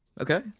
Okay